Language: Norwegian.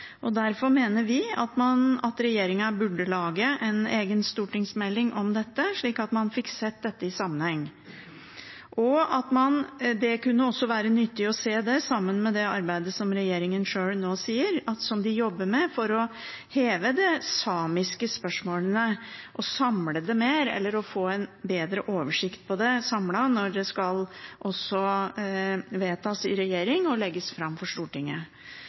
generelt. Derfor mener vi at regjeringen burde lage en egen stortingsmelding om dette, slik at man får se dette i sammenheng. Det kunne også være nyttig å se dette sammen med det som regjeringen nå arbeider med for å heve de samiske spørsmålene, for å samle det mer eller få en bedre oversikt, når det skal opp i regjering og legges fram for Stortinget.